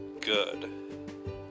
good